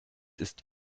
ist